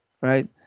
right